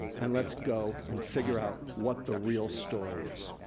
and let's go and figure out what the real story is.